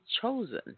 chosen